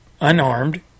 unarmed